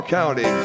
County